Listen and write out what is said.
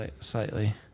Slightly